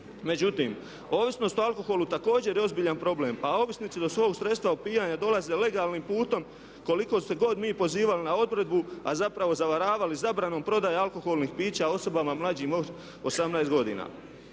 Međutim, ovisnost o alkoholu također je ozbiljan problem a ovisnici do svog sredstva opijanja dolaze legalnim putem koliko se god mi pozivali na odredbu a zapravo zavaravali zabranom prodaje alkoholnih pića osobama mlađim od 18 godina.